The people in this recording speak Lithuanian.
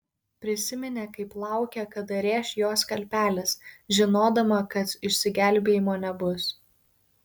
prisiminė kaip laukė kada rėš jo skalpelis žinodama kad išsigelbėjimo nebus